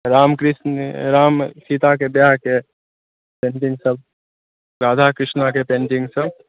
राम कृष्ण राम सीता के विवाह के पेंटिंग सब राधा कृष्णा के पेंटिंग सब